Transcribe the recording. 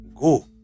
Go